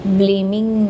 blaming